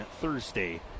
Thursday